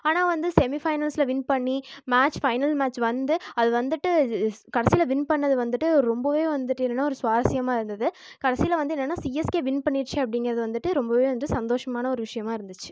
ஆனால் வந்து செமி பைனல்ஸில் வின் பண்ணி மேட்ச் பைனல் மேட்ச் வந்து அது வந்துவிட்டு அது கடைசியில் வின் பண்ணது வந்துவிட்டு ரொம்பவே வந்துவிட்டு என்னன்னா ஒரு சுவாரஸ்யமாக இருந்துது கடைசியில் வந்து என்னன்னா சிஎஸ்கே வின் பண்ணிடுச்சு அப்படிங்கிறது வந்துவிட்டு ரொம்பவே வந்துவிட்டு சந்தோஷமான ஒரு விஷியமாக இருந்துச்சு